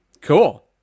Cool